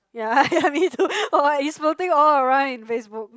ya yeah me too it's floating all around in Facebook